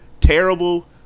terrible